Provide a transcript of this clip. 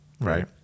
right